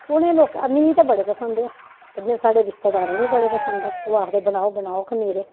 उ'नें लोकें मिगी ते बड़े पसंद ऐ ते में साढ़े रिश्तेदारें बी बड़े पसंद ऐ ओह् आखदे बनाओ बनाओ खमीरे